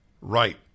Right